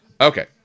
Okay